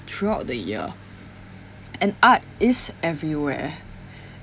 throughout the year and art is everywhere